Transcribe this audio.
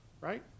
right